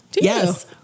Yes